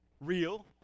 real